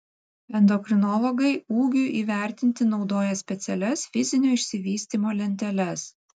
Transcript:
endokrinologai ūgiui įvertinti naudoja specialias fizinio išsivystymo lenteles